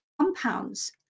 compounds